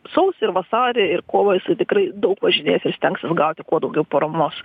sausį ir vasarį ir kovą jisai tikrai daug važinėsis stengsis gauti kuo daugiau paramos